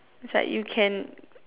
is like you can